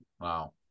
wow